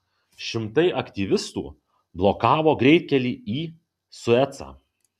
šimtai aktyvistų blokavo greitkelį į suecą